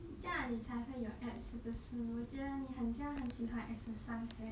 这样你才会有 abs 是不是我觉得你很像很喜欢 exercise leh